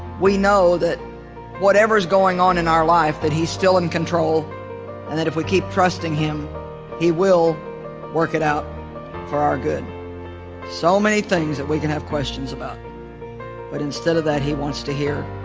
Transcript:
we know that whatever is going on in our life that he's still in control and that if we keep trusting him he will work it out for our good so many things that we can have questions about but instead of that he wants to hear